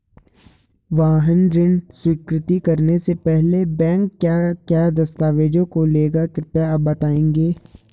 वाहन ऋण स्वीकृति करने से पहले बैंक क्या क्या दस्तावेज़ों को लेगा कृपया आप बताएँगे?